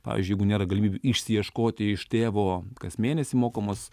pavyzdžiui jeigu nėra galimybių išsiieškoti iš tėvo kas mėnesį mokamos